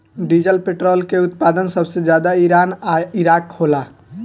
diesel petrol के उत्पादन सबसे ज्यादा ईरान आ इराक होला